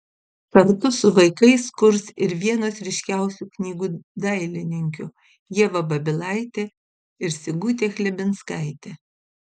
kartu su vaikais kurs ir vienos ryškiausių knygų dailininkių ieva babilaitė ir sigutė chlebinskaitė